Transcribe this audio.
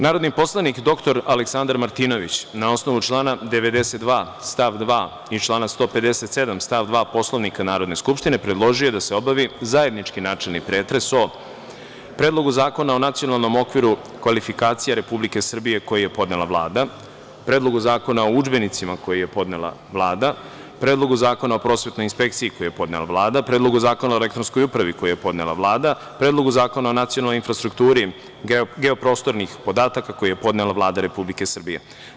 Narodni poslanik dr Aleksandar Martinović, na osnovu člana 92. stav 2. i člana 157. stav 2. Poslovnika Narodne skupštine, predložio je da se obavi zajednički načelni pretres o: Predlogu zakona o nacionalnom okviru kvalifikacija Republike Srbije, koji je podnela Vlada, Predlogu zakona o udžbenicima, koji je podnela Vlada, Predlogu zakona o prosvetnoj inspekciji, koji je podnela Vlada, Predlogu zakona o elektronskoj upravi, koji je podnela Vlada, Predlogu zakona o nacionalnoj infrastrukturi geoprostornih podataka, koji je podnela Vlada Republike Srbije.